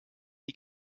die